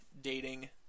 dating